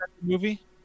movie